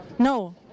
No